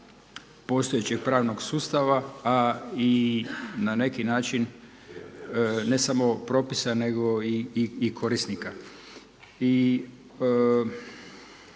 postojećeg pravnog sustava, a i na neki način ne samo i propisa nego i korisnika.